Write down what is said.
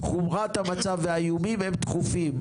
חומרת המצב והאיומים הם דחופים.